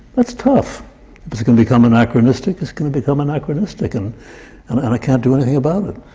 that's tough! if it's going to become anachronistic, it's going to become anachronistic, and and and i can't do anything about it.